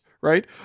right